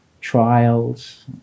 trials